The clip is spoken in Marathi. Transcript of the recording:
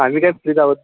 आम्ही काय फ्रीच आहोत